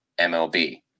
MLB